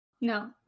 No